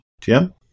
Jim